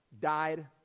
died